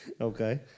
Okay